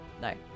no